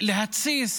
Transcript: להתסיס,